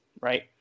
right